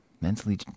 mentally